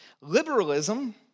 liberalism